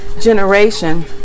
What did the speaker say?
generation